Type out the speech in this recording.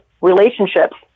relationships